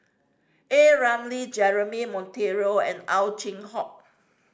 A Ramli Jeremy Monteiro and Ow Chin Hock